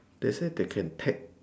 they say they can tax